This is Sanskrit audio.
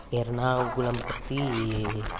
एर्नागुळं प्रति